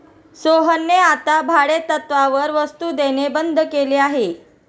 सोहनने आता भाडेतत्त्वावर वस्तु देणे बंद केले आहे